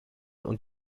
und